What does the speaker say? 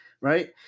right